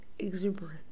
Exuberant